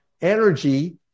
energy